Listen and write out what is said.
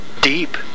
deep